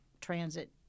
transit